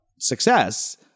Success